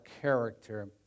character